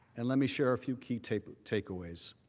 and let me share a few key take take aways.